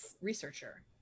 researcher